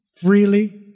freely